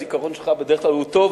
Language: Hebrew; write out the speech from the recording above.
הזיכרון שלך בדרך כלל טוב,